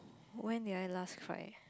when did I last cry